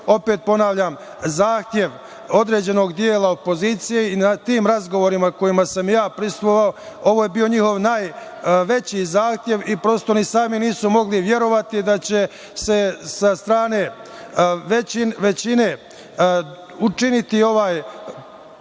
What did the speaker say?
opet ponavljam, zahtev određenog dela opozicije i na tim razgovorima na kojima sam ja prisustvovao ovo je bio njihov najveći zahtev i prosto nisu ni sami mogli verovati da će sa strane većine učiniti ovaj